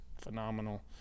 phenomenal